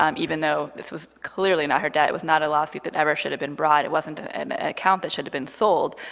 um even though this was clearly not her debt. it was not a lawsuit that ever should have been brought. it wasn't ah an account that should have been sold.